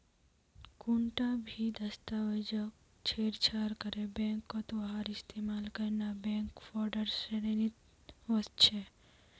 कुंटा भी दस्तावेजक छेड़छाड़ करे बैंकत वहार इस्तेमाल करना बैंक फ्रॉडेर श्रेणीत वस्छे